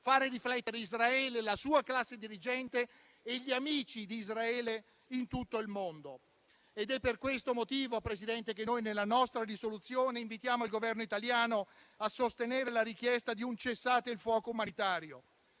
fare riflettere Israele, la sua classe dirigente e gli amici di Israele in tutto il mondo. È per questo motivo che noi nella nostra proposta di risoluzione invitiamo il Governo italiano a sostenere la richiesta di un cessate il fuoco umanitario.